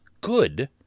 good